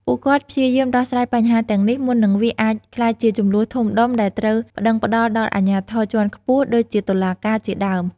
ពួកគាត់ព្យាយាមដោះស្រាយបញ្ហាទាំងនេះមុននឹងវាអាចក្លាយជាជម្លោះធំដុំដែលត្រូវប្ដឹងផ្ដល់ដល់អាជ្ញាធរជាន់ខ្ពស់ ដូចជាតុលាការជាដើម។